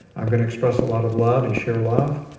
i'm going to express a lot of love and share love.